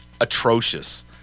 atrocious